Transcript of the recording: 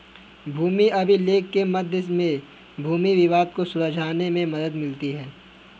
भूमि अभिलेख के मध्य से भूमि विवाद को सुलझाने में मदद मिलती है